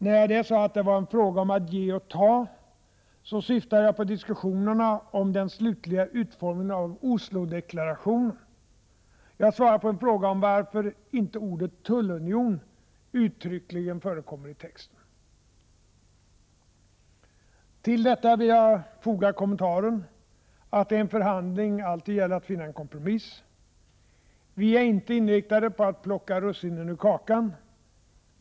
När jag där sade att det var en fråga om att ”ge och ta” syftade jag på diskussionerna om den slutliga utformningen av Oslodeklarationen. Jag svarade på en fråga om varför inte ordet ”tullunion” uttryckligen förekommer i texten. Till detta vill jag foga kommentaren att det i en förhandling alltid gäller att finna en kompromiss. Vi är inte inriktade på att ”plocka russinen ur kakan”.